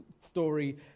story